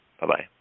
Bye-bye